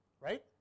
Right